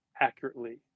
accurately